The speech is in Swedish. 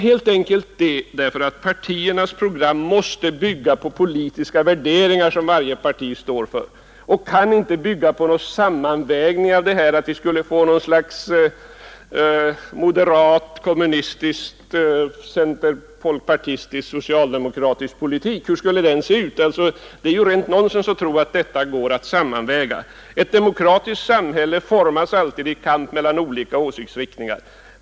Helt enkelt därför att partiernas program måste bygga på politiska värderingar, som varje parti står för. Man kan inte ha en sammanvägning, där man får något slags moderat-kommunistiskcenter-folkpartistisk-socialdemokratisk politik. Hur skulle den se ut? Det är rent nonsens att tro att detta går att sammanväga. Ett demokratiskt samhälle formas alltid i kamp mellan olika åsiktsriktningar.